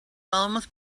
almost